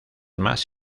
más